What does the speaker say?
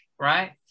right